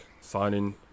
signing